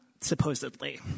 supposedly